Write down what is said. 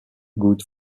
good